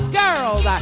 girl's